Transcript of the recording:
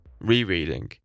rereading